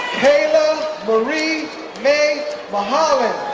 kayla marie mae mulholland,